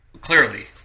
Clearly